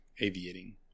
aviating